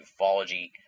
ufology